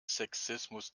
sexismus